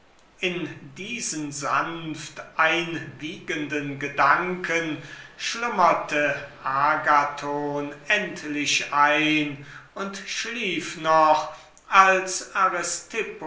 in diesen sanfteinwiegenden gedanken schlummerte agathon endlich ein und schlief noch als